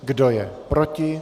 Kdo je proti?